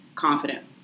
confident